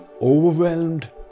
overwhelmed